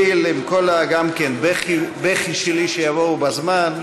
כרגיל, עם כל, גם כן בכי שלי שיבואו בזמן.